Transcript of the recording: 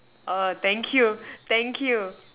oh thank you thank you